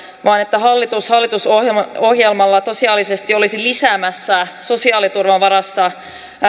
vaan hallitus hallitusohjelmalla tosiasiallisesti olisi lisäämässä sosiaaliturvan varassa